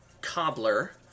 Cobbler